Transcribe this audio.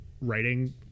writing